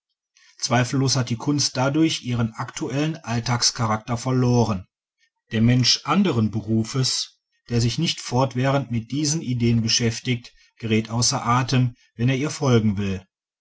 zweifellos hat die kunst dadurch ihren aktuellen alltagscharakter verloren der mensch anderen berufes der sich nicht fortwährend mit diesen ideen beschäftigt gerät außer atem wenn er ihr folgen will